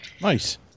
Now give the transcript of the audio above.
Nice